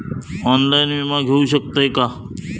Online विमा घेऊ शकतय का?